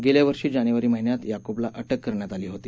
गेल्यावर्षी जानेवारी महिन्यात याकुबला अटक करण्यात आली होती